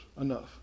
enough